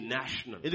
national